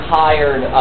hired